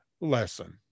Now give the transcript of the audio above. lesson